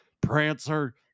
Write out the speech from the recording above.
Prancer